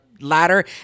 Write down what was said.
Ladder